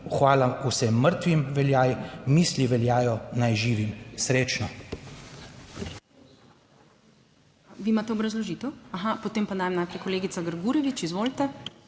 Hvala vsem mrtvim veljaj, misli veljajo naj živim. Srečno!"